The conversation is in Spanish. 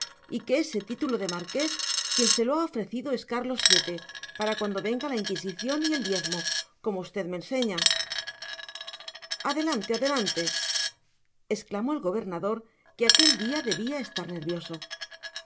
y que ese título de marqués quien se lo ha ofrecido es carlos siete para cuando venga la inquisición y el diezmo como usted me enseña adelante adelante exclamó el gobernador que aquel día debía estar nervioso